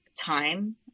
time